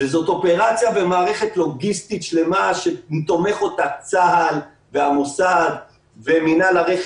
זאת אופרציה במערכת לוגיסטית שלמה שתומך אותה צה"ל והמוסד ומינהל הרכש